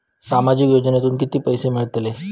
सामाजिक योजनेतून किती पैसे मिळतले?